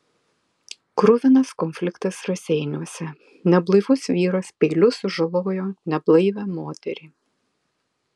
kruvinas konfliktas raseiniuose neblaivus vyras peiliu sužalojo neblaivią moterį